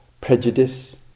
prejudice